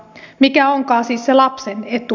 mikä onkaan siis se lapsen etu